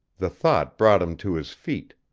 the thought brought him to his feet.